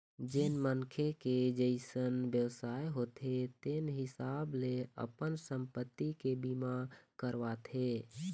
जेन मनखे के जइसन बेवसाय होथे तेन हिसाब ले अपन संपत्ति के बीमा करवाथे